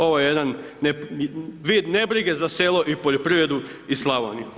Ovo je jedan vid nebrige za selo i poljoprivredu i Slavoniju.